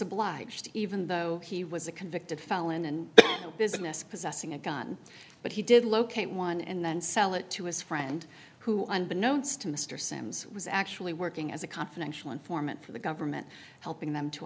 obliged even though he was a convicted felon and business possessing a gun but he did locate one and then sell it to his friend who owned the notes to mr simms was actually working as a confidential informant for the government helping them to